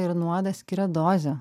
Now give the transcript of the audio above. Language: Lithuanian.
ir nuodą skiria dozė